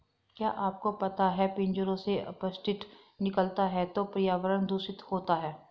क्या आपको पता है पिंजरों से अपशिष्ट निकलता है तो पर्यावरण दूषित होता है?